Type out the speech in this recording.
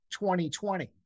2020